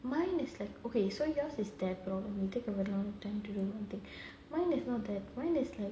mine is like okay so yours is that problem you take a long time to do something mine is not that mine is like